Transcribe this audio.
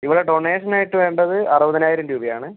ഇവിടെ ഡോണേഷൻ ആയിട്ട് വേണ്ടത് അറുപതിനായിരം രൂപയാണ്